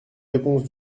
réponses